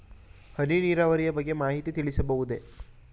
ಹನಿ ನೀರಾವರಿಯ ಬಗ್ಗೆ ಮಾಹಿತಿ ತಿಳಿಸಬಹುದೇ?